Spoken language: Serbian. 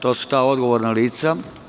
To su ta odgovorna lica.